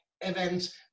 events